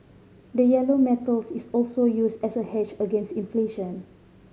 the yellow metals is also used as a hedge against inflation